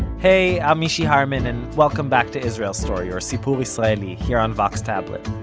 hey, i'm mishy harman, and welcome back to israel story, or sipur israeli, here on vox tablet.